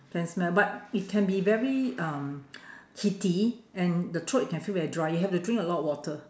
can smell but it can be very um heaty and the throat you can feel very dry you have to drink a lot of water